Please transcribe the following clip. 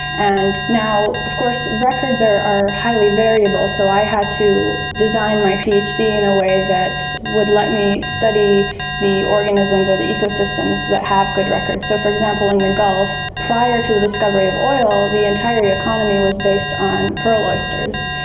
and now of course records are highly variable, so i had to design my phd in a way that would let me study the organisms or the ecosystems that have good records. so, for example, in the gulf, prior to the discovery of oil, the entire economy was based on pearl oysters,